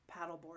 paddleboard